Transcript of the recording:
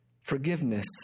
Forgiveness